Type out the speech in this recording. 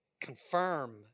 confirm